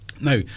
Now